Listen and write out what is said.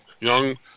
young